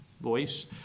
voice